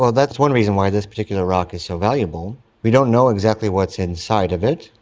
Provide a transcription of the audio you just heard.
so that's one reason why this particular rock is so valuable. we don't know exactly what's inside of it,